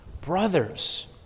brothers